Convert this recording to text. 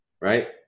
right